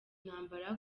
intambara